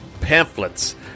pamphlets